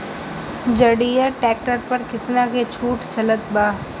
जंडियर tractor पर कितना के छूट चलत बा?